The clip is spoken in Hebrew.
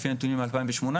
לפי הנתונים מ-2018,